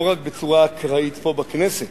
לא רק בצורה אקראית פה בכנסת,